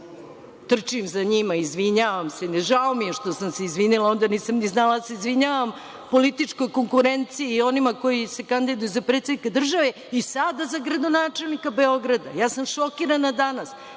trčim za njima, izvinjavam se. Žao mi je što sam se izvinila onda, a nisam ni znala da se izvinjavam političkoj konkurenciji i onima koji se kandiduju za predsednika države i sada za gradonačelnika Beograda. Ja sam šokirana danas.